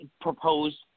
proposed